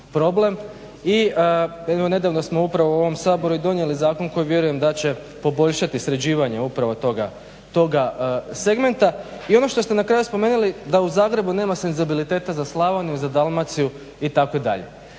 nedavno smo upravo u ovom Saboru i donijeli zakon koji vjerujem da će poboljšati sređivanje upravo toga segmenta. I ono što ste na kraju spomenuli da u Zagrebu nema senzibiliteta za Slavoniju, za Dalmaciju itd.